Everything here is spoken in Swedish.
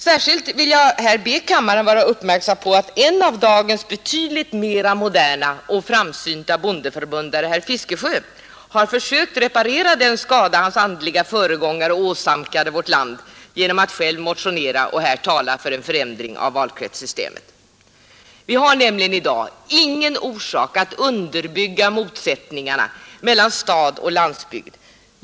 Särskilt vill jag här be kammaren vara uppmärksam på att en av dagens betydligt mera moderna och framsynta centerpartister, nämligen herr Fiskesjö, har försökt reparera den skada hans andliga föregångare åsamkade vårt land genom att själv motionera om och här tala för en förändring av valkretssystemet. Vi har nämligen i dag ingen orsak att underbygga motsättningarna mellan stad och landsbygd.